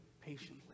patiently